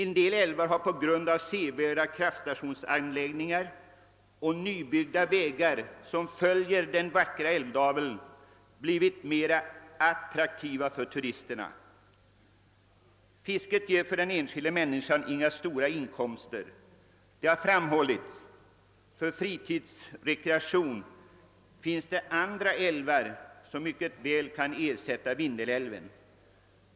En del älvar har tack vare sevärda kraftstationsanläggningar och nybyggda vägar som följer den vackra älvdalen blivit mera attraktiva för turisterna. Fisket ger den enskilda människan inga stora inkomster. Det har framhållits att det för fritid och rekreation finns andra älvar, vilka mycket väl kan ersätta Vindelälven.